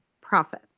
profit